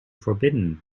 forbidden